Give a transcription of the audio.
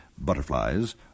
butterflies